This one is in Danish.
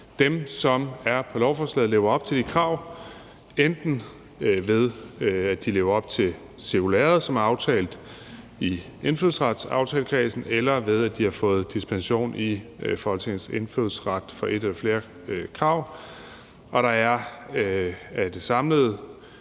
Dem, som er på lovforslaget, lever op til de krav, enten ved at de lever op til cirkulæret, som er aftalt i indfødsretsaftalekredsen, eller ved at de har fået dispensation i forhold til et eller flere krav til indfødsret, og der er så det samlede